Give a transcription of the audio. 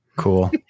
cool